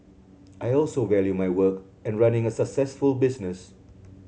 I also value my work and running a successful business